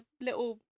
little